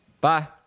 Bye